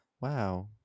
Wow